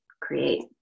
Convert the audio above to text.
create